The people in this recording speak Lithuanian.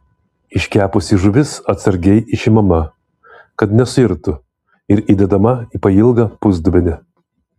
iškepusi žuvis atsargiai išimama kad nesuirtų ir įdedama į pailgą pusdubenį